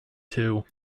too